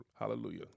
Hallelujah